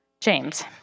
James